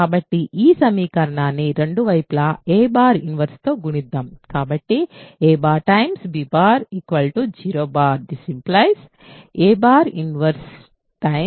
కాబట్టి ఈ సమీకరణాన్ని రెండు వైపులా a 1 తో గుణిద్దాం